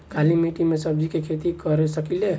काली मिट्टी में सब्जी के खेती कर सकिले?